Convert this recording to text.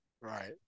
Right